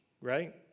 Right